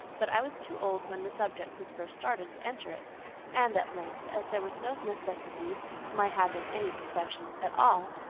but i was too old when the subject was first started to enter it and, at length, as there was no necessity for my having any profession at all,